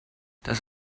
das